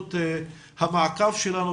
חשיבות המעקב שלנו,